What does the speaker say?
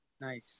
Nice